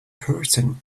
person